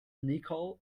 nicole